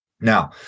Now